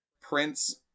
Prince